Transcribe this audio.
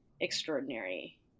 extraordinary